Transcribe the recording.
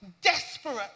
desperate